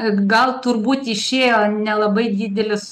gal turbūt išėjo nelabai didelis